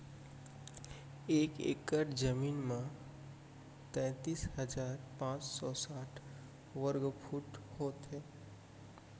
एक एकड़ जमीन मा तैतलीस हजार पाँच सौ साठ वर्ग फुट होथे